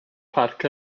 parc